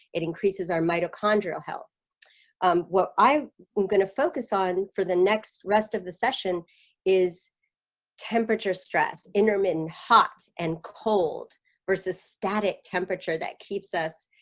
it increases our mitochondrial health um what i'm going to focus on for the next rest of the session is temperature stress intermittent hot and cold versus static temperature that keeps us